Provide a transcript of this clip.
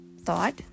thought